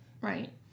Right